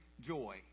joy